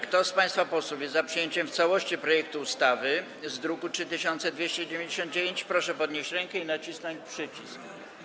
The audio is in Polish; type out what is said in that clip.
Kto z państwa posłów jest za przyjęciem w całości projektu ustawy z druku nr 3299, proszę podnieść rękę i nacisnąć przycisk.